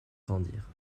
grandir